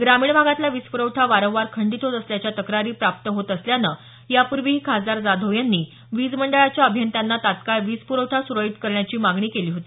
ग्रामीण भागातला वीजपुरवठा वारंवार खंडित होत असल्याच्या तक्रारी प्राप्त होत असल्यानं यापूर्वीही खासदार जाधव यांनी वीज मंडळाच्या अभियंत्यांना तात्काळ वीज प्रवठा सुरळीत करण्याची मागणी केली होती